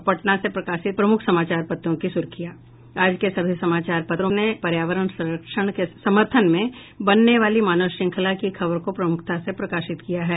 अब पटना से प्रकाशित प्रमुख समाचार पत्रों की सुर्खियां आज के सभी समाचार पत्रों ने पर्यावरण संरक्षण के समर्थन में बनने वाली मानव श्रृंखला की खबर को प्रमुखता से प्रकाशित किया है